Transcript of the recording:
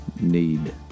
need